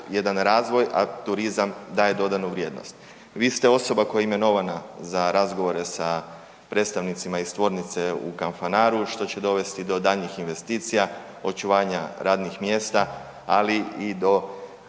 jedan razvoj a turizam daje dodanu vrijednost. Vi ste osoba koja je imenovana za razgovore sa predstavnicima iz tvornice u Kanfanaru što će dovesti do daljnjih investicija, očuvanja radnih mjesta ali i do